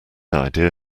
idea